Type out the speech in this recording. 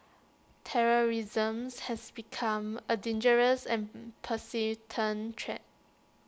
terrorism's has become A dangerous and persistent threat